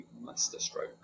masterstroke